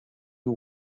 you